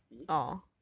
below sixty